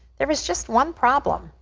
there was just one problem,